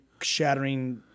shattering